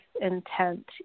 intent